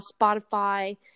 Spotify